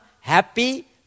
happy